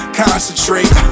concentrate